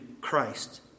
Christ